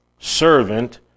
servant